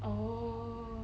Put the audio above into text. oh